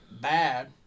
bad